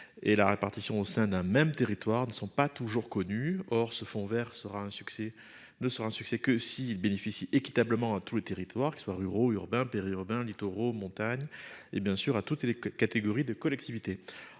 Et la répartition au sein d'un même territoire ne sont pas toujours connues. Or ce fonds Vert sera un succès ne sera un succès que si il bénéficie équitablement à tous les territoires qu'ils soient ruraux urbains périurbains littoraux montagne et bien sûr à toutes les catégories de collectivités.